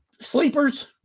Sleepers